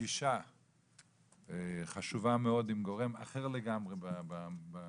פגישה חשובה מאוד עם גורם אחר לגמרי בממשלה,